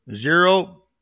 Zero